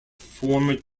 former